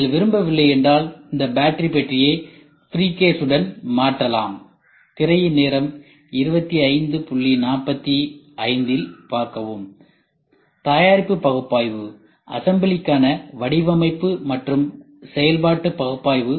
நீங்கள் விரும்பவில்லை என்றால் இந்த பேட்டரி பெட்டியை ப்ரீஃப்கேஸ் உடன் மாற்றலாம் தயாரிப்பு பகுப்பாய்வு அசம்பிளிகான வடிவமைப்பு மற்றும் செயல்பாட்டு பகுப்பாய்வு